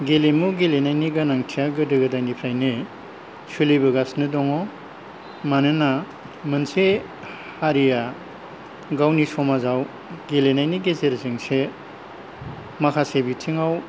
गेलेमु गेलेनायनि गोनांथिया गोदोनिफ्रायनो सोलिबोगासिनो दङ मानोना मोनसे हारिया गावनि समाजाव गेलेनायनि गेजेरजोंसो माखासे बिथिङाव